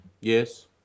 Yes